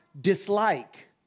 dislike